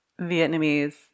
Vietnamese